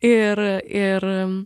ir ir